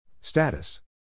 Status